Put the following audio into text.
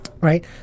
Right